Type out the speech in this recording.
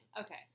Okay